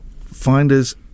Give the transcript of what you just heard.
Finder's